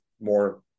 more